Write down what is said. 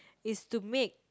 is to make